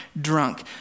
drunk